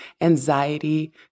anxiety